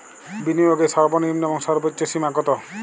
বিনিয়োগের সর্বনিম্ন এবং সর্বোচ্চ সীমা কত?